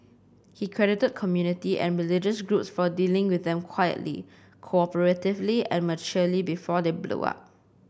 he credited community and religious groups for dealing with them quietly cooperatively and maturely before they blow up